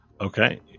Okay